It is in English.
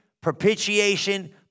propitiation